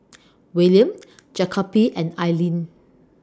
Willaim Jacoby and Alleen